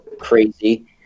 crazy